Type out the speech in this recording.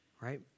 right